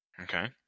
Okay